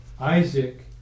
Isaac